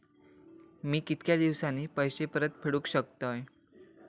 मी कीतक्या दिवसांनी पैसे परत फेडुक शकतय?